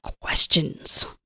questions